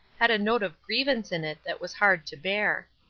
had a note of grievance in it that was hard to bear.